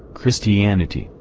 christianity,